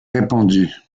répandus